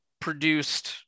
produced